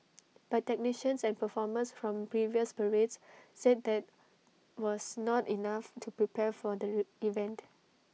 but technicians and performers from previous parades said that was not enough to prepare for the event